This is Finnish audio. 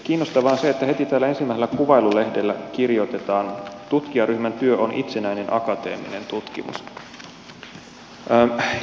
kiinnostavaa on se että heti tällä kuvailulehdellä kirjoitetaan että tutkijaryhmän työ on itsenäinen akateeminen tutkimus